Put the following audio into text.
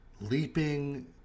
leaping